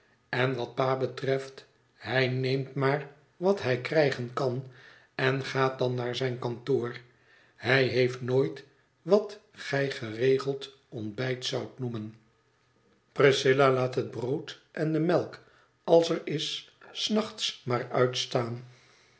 en wat pa betreft hij neemt maar wat hij krijgen kan en gaat dan naar zijn kantoor hij heeft nooit wat gij een geregeld ontbijt zoudt noemen priscilla laat het brood en de melk als er is s nachts maar uitstaan